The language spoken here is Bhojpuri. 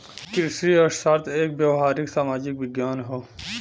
कृषि अर्थशास्त्र एक व्यावहारिक सामाजिक विज्ञान हौ